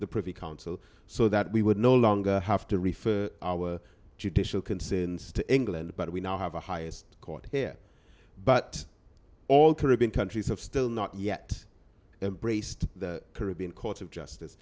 the privy council so that we would no longer have to refer our judicial concerns to england but we now have a highest court here but all caribbean countries have still not yet embraced the caribbean court of justice